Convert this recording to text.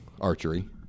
archery